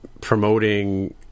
promoting